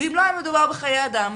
ואם לא היה מדובר בחיי אדם,